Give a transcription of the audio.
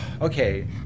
Okay